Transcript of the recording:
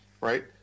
right